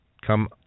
come